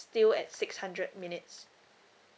still at six hundred minutes